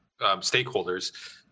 stakeholders